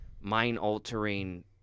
mind-altering